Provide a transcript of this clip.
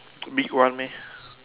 big one meh